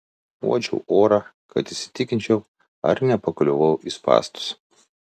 uodžiau orą kad įsitikinčiau ar nepakliuvau į spąstus